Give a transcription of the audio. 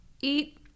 eat